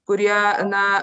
kurie na